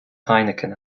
heineken